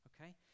okay